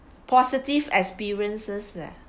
positive experiences leh